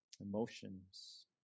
Emotions